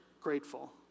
grateful